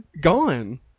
Gone